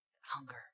hunger